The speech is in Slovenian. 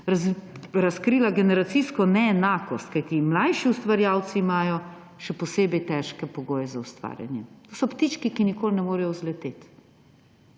razkrila tudi generacijsko neenakost, kajti mlajši ustvarjalci imajo še posebej težke pogoje za ustvarjanje – to so ptički, ki nikoli ne morejo vzleteti.